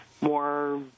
more